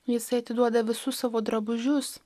jisai atiduoda visus savo drabužius